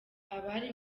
abari